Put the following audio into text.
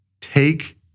take